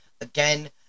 Again